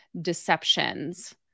deceptions